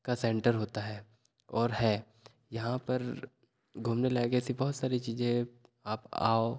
का सेंटर होता है और है यहाँ पर घूमने लायक ऐसी बहुत सारी चीजें हैं आप आओ